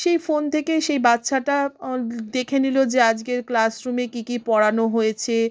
সেই ফোন থেকে সেই বাচ্ছাটা দেখে নিলো যে আজগের ক্লাসরুমে কী কী পড়ানো হয়েছে